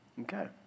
Okay